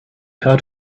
had